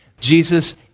Jesus